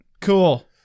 Cool